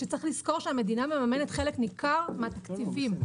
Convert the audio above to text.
כשצריך לזכור שהמדינה מממנת חלק ניכר מהתקציבים.